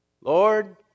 Lord